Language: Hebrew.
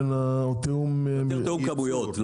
או תיאום כמויות?